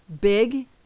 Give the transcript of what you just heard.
big